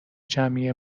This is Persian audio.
جمعی